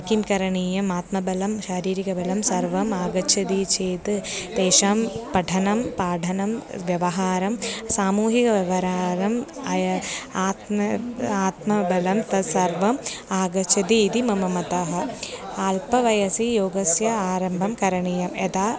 किं करणीयम् आत्मबलं शारीरिकबलं सर्वम् आगच्छति चेत् तेषां पठनं पाठनं व्यवहारं सामूहिकं व्यवहारम् आय आत्म आत्मबलं तत्सर्वम् आगच्छति इति मम मतः अल्पवयसि योगस्य आरम्भं करणीयं यदा